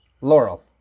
Laurel